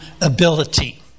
ability